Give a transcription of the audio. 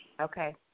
Okay